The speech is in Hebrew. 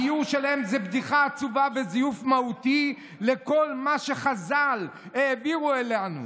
הגיור שלהם זה בדיחה עצובה וזיוף מהותי לכל מה שחז"ל העבירו לנו.